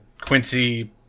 Quincy